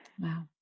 Wow